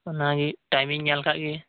ᱚᱱᱟᱜᱮ ᱠᱟᱹᱴᱤᱡ ᱴᱟᱭᱤᱢᱤᱧ ᱧᱮᱞ ᱠᱟᱜ ᱞᱮᱜᱮ